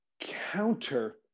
counter